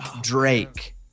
Drake